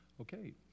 Okay